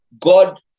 God